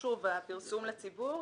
הפרסום לציבור?